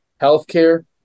healthcare